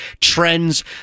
trends